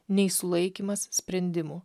nei sulaikymas sprendimų